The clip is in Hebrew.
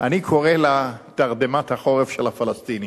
שאני קורא לה תרדמת החורף של הפלסטינים.